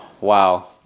wow